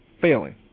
failing